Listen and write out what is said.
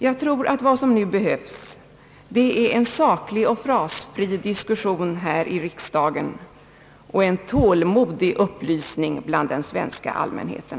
Jag tror att vad som nu behövs är en saklig och frasfri diskussion här i riksdagen och en tålmodig upplysning bland den svenska allmänheten.